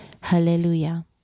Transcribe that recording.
Hallelujah